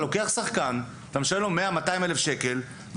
אתה לוקח שחקן ומשלם לו 100,000 - 200,000 שקל,